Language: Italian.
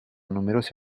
numerosi